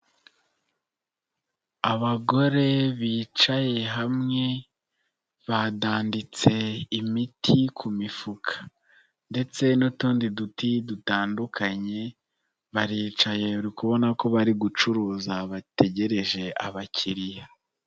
Abagore bicaye hamwe, badanditse imiti ku mifuka ndetse n'utundi duti dutandukanye, baricaye uri kubona ko bari gucuruza, bategereje abakiriya.